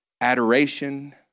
Adoration